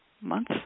month